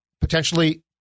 Potentially